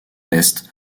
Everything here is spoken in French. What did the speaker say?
l’est